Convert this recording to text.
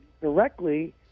directly